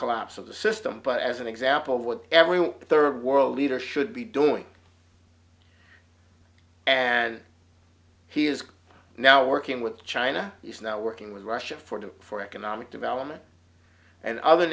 collapse of the system but as an example of what everyone the third world leader should be doing and he is now working with china is now working with russia for them for economic development and other